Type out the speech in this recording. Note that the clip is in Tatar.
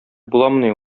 буламыни